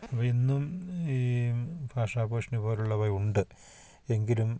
അപ്പം ഇന്നും ഈ ഭാഷാഭൂഷണി പോലുള്ളവ ഉണ്ട് എങ്കിലും